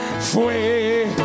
Fue